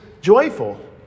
joyful